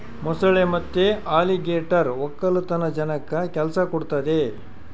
ಮೊಸಳೆ ಮತ್ತೆ ಅಲಿಗೇಟರ್ ವಕ್ಕಲತನ ಜನಕ್ಕ ಕೆಲ್ಸ ಕೊಡ್ತದೆ